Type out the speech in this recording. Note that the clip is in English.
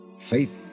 Faith